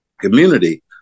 community